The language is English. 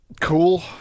Cool